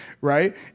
Right